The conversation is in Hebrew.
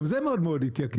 גם זה מאוד התייקר.